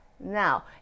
Now